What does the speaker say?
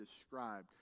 described